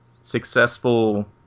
successful